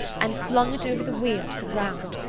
and flung it over the wheel to the ground.